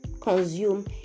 consume